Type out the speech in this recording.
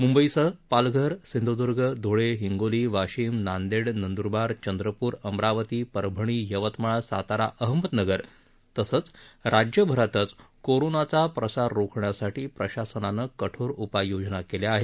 मुंबईसह पालघर सिंध्दूर्ग ध्ळे हिंगोली वाशिम नांदेड नंद्रबार चंद्रपूर अमरावती परभणी यवतमाळ सातारा अहमदनगर तसंच राज्यभरातच कोरोनाचा प्रसार रोखण्यासाठी प्रशासनानं कठोर उपाययोजना केल्या आहेत